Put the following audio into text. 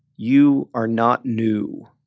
you are not new.